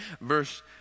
verse